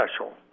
special